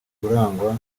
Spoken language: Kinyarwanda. urangwa